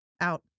Out